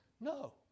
No